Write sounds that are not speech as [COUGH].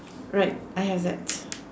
right I have that [NOISE]